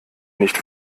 nicht